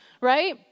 right